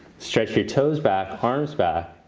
stretch your toes back, arms back.